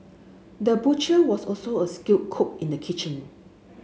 the butcher was also a skilled cook in the kitchen